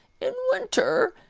in winter,